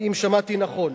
אם שמעתי נכון.